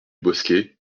bosquet